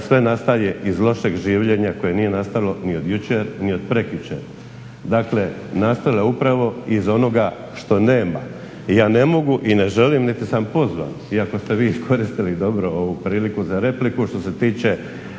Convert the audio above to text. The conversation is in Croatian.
sve nastaje iz lošeg življenja koje nije nastalo ni od jučer ni od prekjučer. Dakle, nastalo je upravo iz onoga što nema. Ja ne mogu i ne želim, niti sam pozvan, iako ste vi iskoristili dobro ovu priliku za repliku što se tiče